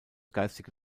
geistige